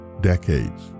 decades